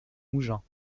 mougins